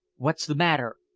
what's the matter?